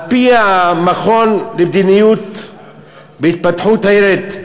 על-פי המכון למדיניות התפתחות הילד,